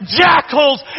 jackals